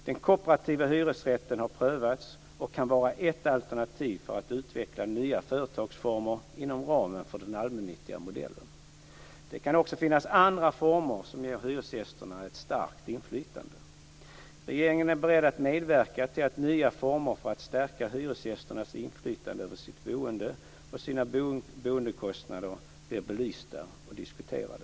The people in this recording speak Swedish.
Den kooperativa hyresrätten har prövats och kan vara ett alternativ för att utveckla nya företagsformer inom ramen för den allmännyttiga modellen. Det kan också finnas andra former som ger hyresgästerna ett starkt inflytande. Regeringen är beredd att medverka till att nya former för att stärka hyresgästernas inflytande över sitt boende och sina boendekostnader blir belysta och diskuterade.